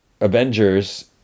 avengers